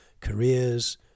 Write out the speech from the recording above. careers